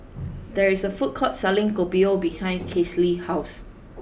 there is a food court selling kopio behind Classie's house